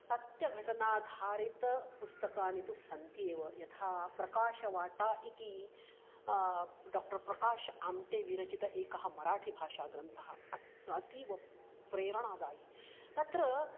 सत्यघटनाधारितं पुस्तकानि तु सन्ति एव यथा प्रकाशवाटा इति डाक्टर् प्रकाश् आम्टे विरचितः एकः मराठिभाषाग्रन्थः अत् अतीव प्रेरणादायी तत्र